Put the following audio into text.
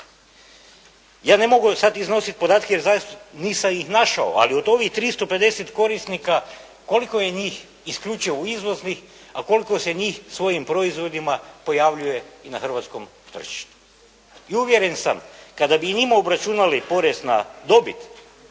Ja ne mogu sada iznositi podatka, nisam ih našao, ali od ovih 350 korisnika, koliko je njih isključivo izvoznik, a koliko se njih svojim proizvodima pojavljuje i na hrvatskom tržištu. I uvjeren sam, kada bi njima obračunali porez na dobit